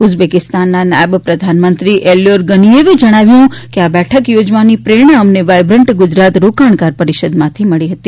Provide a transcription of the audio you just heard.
ઉઝબેકીસ્તાનના નાયબ પ્રધાનમંત્રી એલ્યોર ગનિયેવે જણાવ્યું ફતું કે આ બેઠક યોજવાની પ્રેરણા અમને વાયબ્રન્ટ ગુજરાત રોકાણકાર પરિષદમાંથી મળી હતી